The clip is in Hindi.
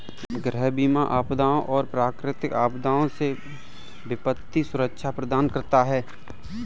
गृह बीमा आपदाओं और प्राकृतिक आपदाओं से वित्तीय सुरक्षा प्रदान करता है